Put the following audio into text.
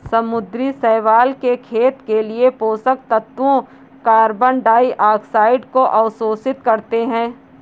समुद्री शैवाल के खेत के लिए पोषक तत्वों कार्बन डाइऑक्साइड को अवशोषित करते है